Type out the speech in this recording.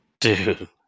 Dude